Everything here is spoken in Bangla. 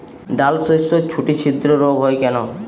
ডালশস্যর শুটি ছিদ্র রোগ হয় কেন?